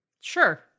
Sure